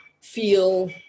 feel